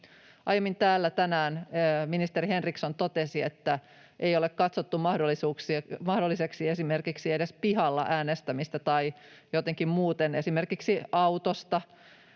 Aiemmin täällä tänään ministeri Henriksson totesi, että ei ole katsottu mahdolliseksi edes esimerkiksi pihalla äänestämistä tai jotenkin muuten, esimerkiksi autosta